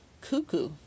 Cuckoo